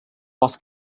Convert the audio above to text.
was